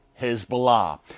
Hezbollah